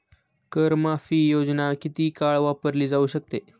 कर माफी योजना किती काळ वापरली जाऊ शकते?